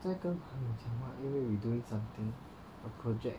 you mean you doing something project